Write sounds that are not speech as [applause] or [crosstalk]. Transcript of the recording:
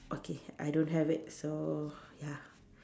okay I don't have it so [breath] ya